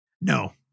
No